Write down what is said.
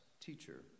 teacher